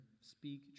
speak